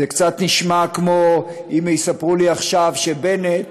זה קצת כמו אם יספרו לי עכשיו שבנט,